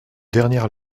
dernière